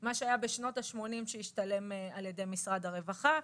מה שהיה בשנות ה-80' שהשתלם על ידי משרד הרווחה,